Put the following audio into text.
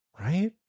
right